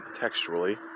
textually